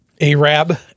Arab